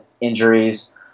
injuries